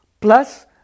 plus